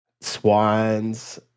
Swans